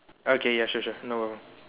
okay ya sure sure no